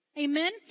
Amen